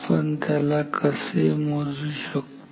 आपण त्याला कसे मोजू शकतो